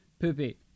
poopy